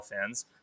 fans